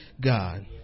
God